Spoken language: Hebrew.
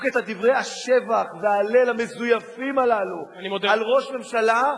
את דברי השבח וההלל המזויפים הללו על ראש ממשלה,